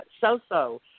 so-so